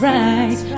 right